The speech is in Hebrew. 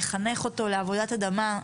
לחנך אותו לעבודת אדמה,